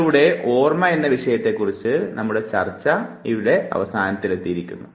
ഇതിലൂടെ ഓർമ്മ എന്ന വിഷയത്തെക്കുറിച്ചുള്ള നമ്മുടെ ഈ ചർച്ച അവസാനത്തിലെത്തിയിരിക്കുന്നു